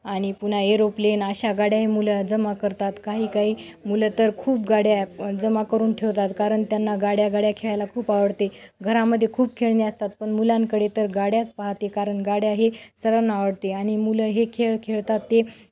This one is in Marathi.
आणि पुन्हा एरोप्लेन अशा गाड्याही मुलं जमा करतात काही काही मुलं तर खूप गाड्या जमा करून ठेवतात कारण त्यांना गाड्या गाड्या खेळायला खूप आवडते घरामध्ये खूप खेळणी असतात पण मुलांकडे तर गाड्याच पाहाते कारण गाड्या हे सर्वांना आवडते आणि मुलं हे खेळ खेळतात ते